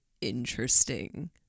interesting